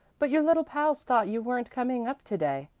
but your little pals thought you weren't coming up to-day.